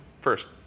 first